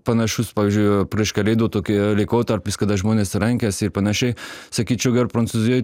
panašus pavyzdžiui prieš kalėdų tokie laikotarpis kada žmonės renkasi ir panašiai sakyčiau gal prancūzijoj